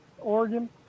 Oregon